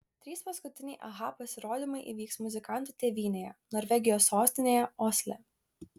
trys paskutiniai aha pasirodymai įvyks muzikantų tėvynėje norvegijos sostinėje osle